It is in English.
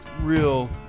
real